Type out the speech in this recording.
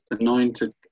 anointed